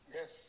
Yes